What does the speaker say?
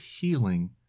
healing